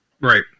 Right